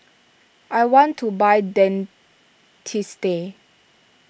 I want to buy Dentiste